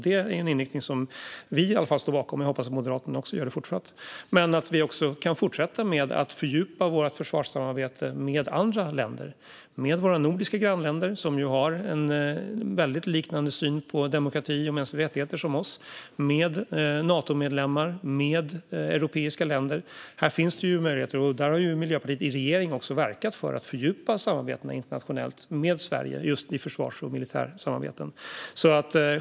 Det är en inriktning som vi står bakom, och jag hoppas att Moderaterna fortfarande också gör det. Vi anser också att försvarssamarbetet med andra länder ska fortsätta att fördjupas - med våra nordiska grannländer, som har en liknande syn på demokrati och mänskliga rättigheter som Sverige, med Natomedlemmar, med europeiska länder. Där har Miljöpartiet i regering verkat för att fördjupa samarbetena internationellt med Sverige i försvars och militärsamarbeten.